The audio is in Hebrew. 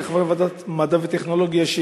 כחברי ועדת המדע והטכנולוגיה,